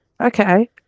Okay